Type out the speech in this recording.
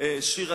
שיר,